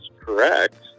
correct